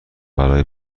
برای